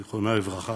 זיכרונה לברכה,